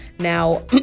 Now